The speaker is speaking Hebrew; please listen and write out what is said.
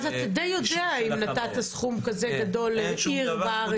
אז אתה די יודע אם נתת סכום כזה גדול לאיזושהי רשות בארץ.